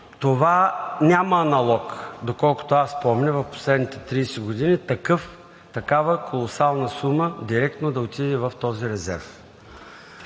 Това няма аналог, доколкото аз помня, в последните 30 години – такава колосална сума директно да отиде в този резерв.